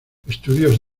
estudios